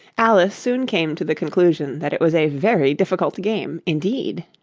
alice soon came to the conclusion that it was a very difficult game indeed.